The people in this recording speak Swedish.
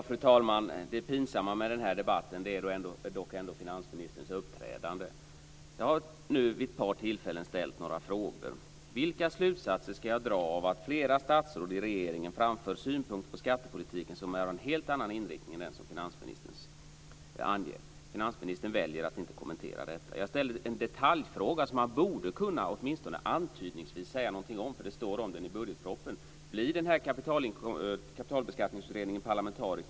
Fru talman! Det pinsamma med den här debatten är ändock finansministerns uppträdande. Jag har vid ett par tillfällen ställt några frågor. Vilka slutsatser ska jag dra av att flera statsråd i regeringen framför synpunkter på skattepolitiken som är av en helt annan inriktning än den som finansministern anger? Finansministern väljer att inte kommentera detta. Jag ställde en detaljfråga som han åtminstone antydningsvis borde ha kunnat säga någonting om, för det står om den i budgetpropositionen. Blir Kapitalbeskattningsutredningen parlamentarisk?